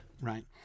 right